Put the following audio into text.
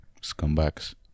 Scumbags